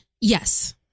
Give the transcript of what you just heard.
Yes